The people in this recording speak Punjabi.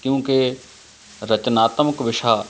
ਕਿਉਂਕਿ ਰਚਨਾਤਮਕ ਵਿਸ਼ਾ